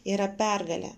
yra pergalė